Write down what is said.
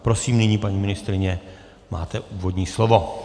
Prosím, nyní, paní ministryně, máte úvodní slovo.